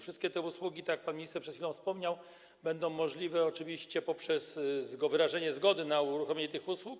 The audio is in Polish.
Wszystkie te usługi, tak jak pan minister przed chwilą wspomniał, będą możliwe oczywiście poprzez wyrażenie zgody na uruchomienie tych usług.